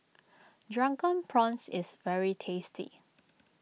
Drunken Prawns is very tasty